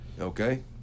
Okay